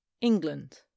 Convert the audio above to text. England